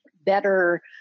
better